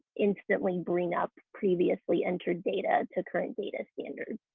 instantly bring up previously entered data to current data standards.